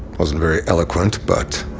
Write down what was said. wasn't very eloquent, but.